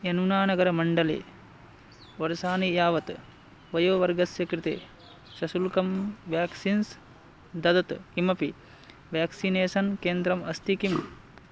यमुनानगरमण्डले वर्षाणि यावत् वयोवर्गस्य कृते सशुल्कं व्याक्सीन्स् ददत् किमपि व्याक्सिनेषन् केन्द्रम् अस्ति किम्